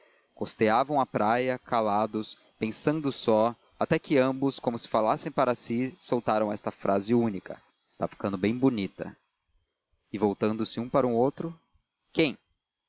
costeavam a praia calados pensando só até que ambos como se falassem para si soltaram esta frase única está ficando bem bonita e voltando-se um para outro quem